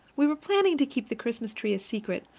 we were planning to keep the christmas tree a secret,